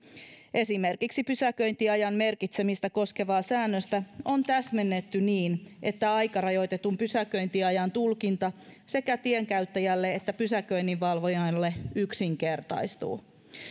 esimerkiksi pysäköintiajan merkitsemistä koskevaa säännöstä on täsmennetty niin että aikarajoitetun pysäköintiajan tulkinta sekä tienkäyttäjälle että pysäköinninvalvojalle yksinkertaistuu